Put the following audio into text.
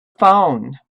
phone